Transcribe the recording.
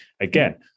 again